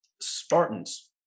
Spartans